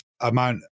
amount